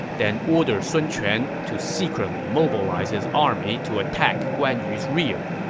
then order sun quan to secretly mobilize his army to attack guan yu's rear.